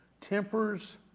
tempers